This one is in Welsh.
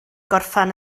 gorffen